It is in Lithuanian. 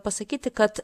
pasakyti kad